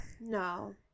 no